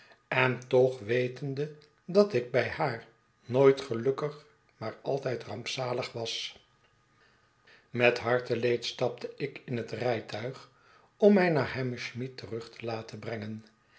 en toch wetende dat ik bij haar nooit gelukkig maar altijd rampzalig was met harteleed stapte ik in het rijtuig om mij naar hammersmith terug te laten brengen